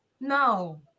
No